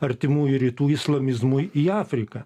artimųjų rytų islamizmui į afriką